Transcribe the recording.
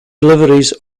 deliveries